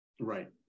Right